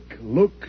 look